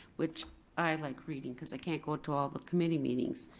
which i like reading cause i can't go to all the committee meetings.